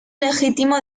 legítimo